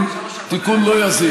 תיקון לא יזיק.